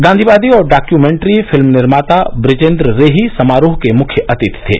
गांधीवादी और documentary film निर्माता ब्रिजेन्द्र रेही समारोह के मुख्य अतिथि थे